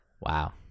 Wow